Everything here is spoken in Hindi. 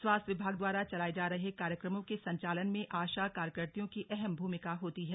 स्वास्थ विभाग द्वारा चलाये जा रहे कार्यक्रमों के संचालन में आशा कार्यकत्रियों की अहम भूमिका होती है